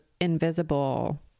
invisible